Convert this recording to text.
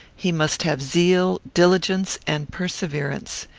he must have zeal, diligence, and perseverance.